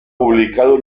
publicado